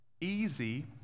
easy